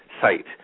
site